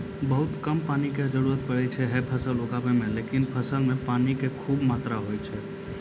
बहुत कम पानी के जरूरत पड़ै छै है फल कॅ उगाबै मॅ, लेकिन फल मॅ पानी के खूब मात्रा होय छै